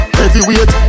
heavyweight